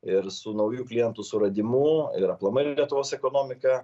ir su naujų klientų suradimu ir aplamai lietuvos ekonomika